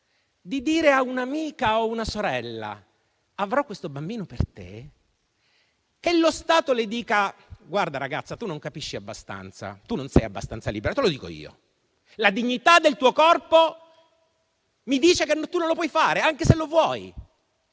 di dire a un'amica o una sorella «avrò questo bambino per te», c'è lo Stato che le dirà: «guarda, ragazza, tu non capisci abbastanza, tu non sei abbastanza libera. Te lo dico io. La dignità del tuo corpo mi dice che tu non lo puoi fare, anche se lo vuoi».